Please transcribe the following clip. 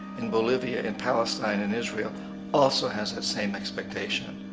in bolivia, in palestine, in israel also has that same expectation.